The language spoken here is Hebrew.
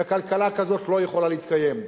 וכלכלה כזאת לא יכולה להתקיים.